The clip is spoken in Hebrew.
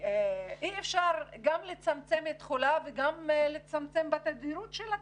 אי אפשר גם לצמצם תכולה וגם לצמצם בתדירות של הקווים.